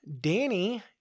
Danny